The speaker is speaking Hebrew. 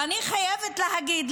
ואני חייבת להגיד,